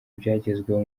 ibyagezweho